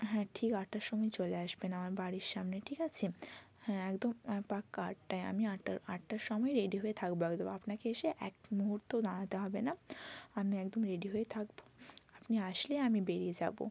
হ্যাঁ ঠিক আটটার সময় চলে আসবেন আমার বাড়ির সামনে ঠিক আছে হ্যাঁ একদম পাক্কা আটটায় আমি আটটার আটটার সময় রেডি হয়ে থাকবো একদম আপনাকে এসে এক মুহুর্তও দাঁড়াতে হবে না আমি একদম রেডি হয়ে থাকবো আপনি আসলেই আমি বেড়িয়ে যাবো